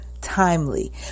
timely